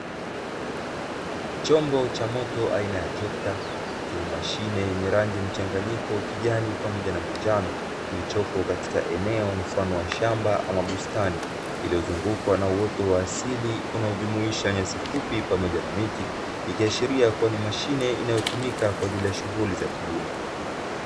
Chombo cha moto aina ya trecta chenye mashine yenye rangi mchanganyiko kijani pamoja na manjano, kilichopo katika eneo mfano wa shamba ama bustani, iliyozungukwa na uoto wa asili unaojumuisha nyasi fupi pamoja na miti, ikiashiria kuwa ni mashine inayotumika kwa ajili ya shughuli za kilimo.